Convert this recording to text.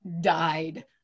died